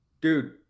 Dude